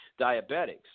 diabetics